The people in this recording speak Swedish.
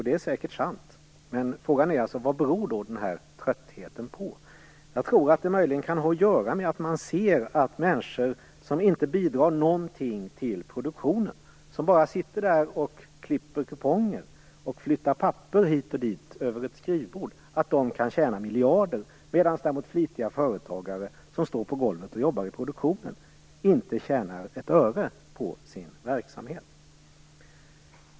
Det är säkert sant, men frågan är vad denna trötthet beror på. Jag tror att den möjligen kan ha att göra med att företagarna ser att människor som inte bidrar med någonting till produktionen, utan bara sitter där och klipper kuponger och flyttar papper hit och dit över ett skrivbord, kan tjäna miljarder medan flitiga företagare som står på golvet och jobbar i produktionen däremot inte tjänar ett öre på sin verksamhet.